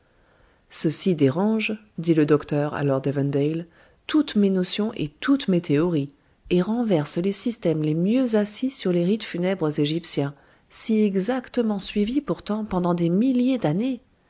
ceci dérange dit le docteur à lord evandale toutes mes notions et toutes mes théories et renverse les systèmes les mieux assis sur les rites funèbres égyptiens si exactement suivis pourtant pendant des milliers d'années